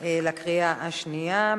בקריאה השנייה.